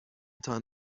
تان